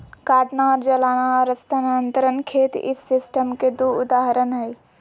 काटना और जलाना और स्थानांतरण खेत इस सिस्टम के दु उदाहरण हई